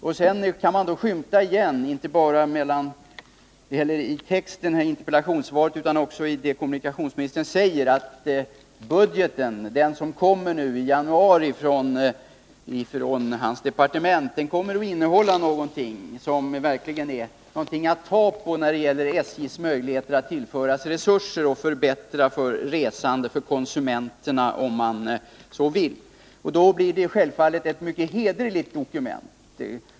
Man kan skymta, inte bara i texten i interpellationssvaret utan också av det kommunikationsministern säger, att den budget som kommer från hans departement i januari skall innehålla någonting som man verkligen kan ta på när det gäller SJ:s möjligheter att tillföra resurser och förbättra för de resande — konsumenterna, om man så vill. Då blir det självfallet ett mycket hederligt dokument.